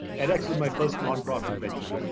edx is my first nonprofit venture.